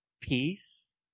peace